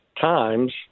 Times